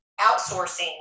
outsourcing